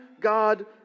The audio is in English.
God